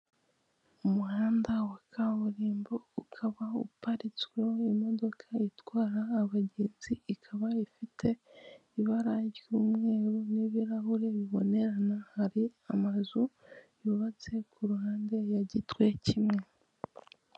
Umuhanda wa kaburimbo, ukaba uparitsweho imodoka itwara abagenzi, ikaba ifite ibara ry'umweru n'ibirahure bibonerana. Hari amazu yubatse ku ruhande, ya gitwe kimwe.